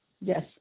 Yes